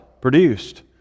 produced